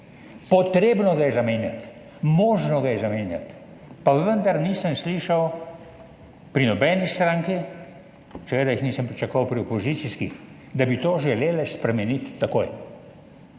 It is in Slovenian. Treba ga je zamenjati, možno ga je zamenjati, pa vendar nisem slišal pri nobeni stranki, seveda jih nisem pričakoval pri opozicijskih, da bi to želeli spremeniti takoj.